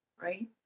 right